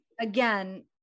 Again